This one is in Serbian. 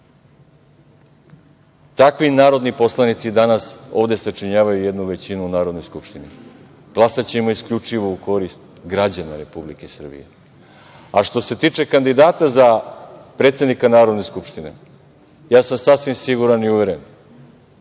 Takvi narodni poslanici danas ovde sačinjavaju jednu većinu u Narodnoj skupštini. Glasaćemo isključivo u korist građana Republike Srbije. Što se tiče kandidata za predsednika Narodne skupštine, ja sam sasvim siguran i uveren